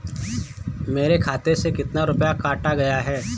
मेरे खाते से कितना रुपया काटा गया है?